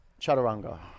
Chaturanga